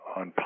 on